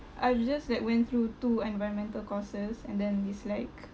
I've just like went through two environmental courses and then is like